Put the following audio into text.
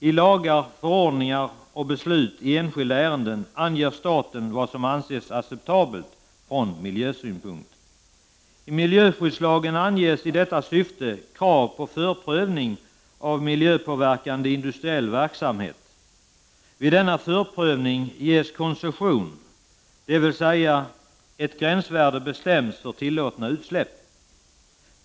I lagar, förordningar och beslut i enskilda ärenden anger staten vad som anses acceptabelt från miljösynpunkt. I miljöskyddslagen anges i detta syfte krav på förprövning av miljöpåverkande industriell verksamhet. Vid denna förprövning ges koncession, dvs. ett gränsvärde bestäms för tillåtna utsläpp.